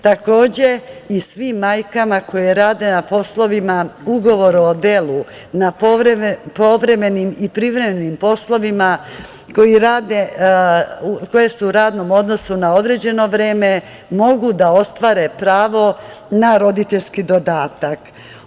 Takođe, i svim majkama koje rade na poslovima, ugovoru o delu na povremenim i privremenim poslovima, koje su u radnom odnosu na određeno vreme mogu da ostvare pravo na roditeljski dodatak.